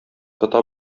тота